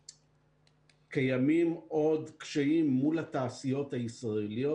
קיימים עוד קשיים מול התעשיות הישראליות.